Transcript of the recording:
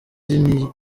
iyo